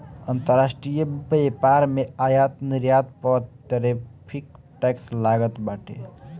अंतरराष्ट्रीय व्यापार में आयात निर्यात पअ टैरिफ टैक्स लागत बाटे